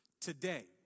today